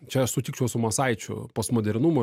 čia aš sutikčiau su masaičiu postmodernumo